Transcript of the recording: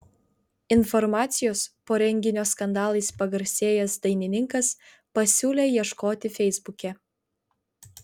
informacijos po renginio skandalais pagarsėjęs dainininkas pasiūlė ieškoti feisbuke